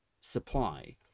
supply